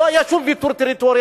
לא היה שום ויתור טריטוריאלי,